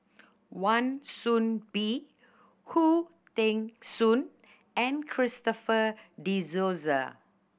Wan Soon Bee Khoo Teng Soon and Christopher De Souza